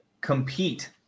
compete